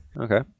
Okay